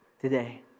today